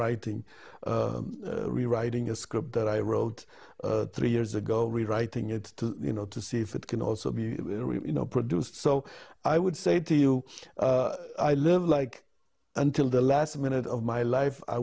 writing rewriting a script that i wrote three years ago rewriting it to you know to see if it can also be you know produced so i would say to you i live like until the last minute of my life i